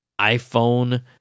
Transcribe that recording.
iPhone